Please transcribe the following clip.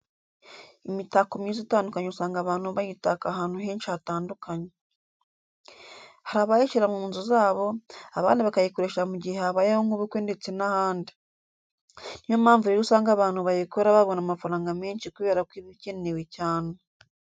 Imitako myiza itandukanye usanga abantu bayitaka ahantu henshi hatandukanye. Hari abayishyira mu nzu zabo, abandi bakayikoresha mu gihe habaye nk'ubukwe ndetse n'ahandi. Ni yo mpamvu rero usanga abantu bayikora babona amafaranga menshi kubera ko iba ikenewe cyane.